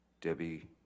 Debbie